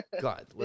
God